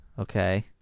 Okay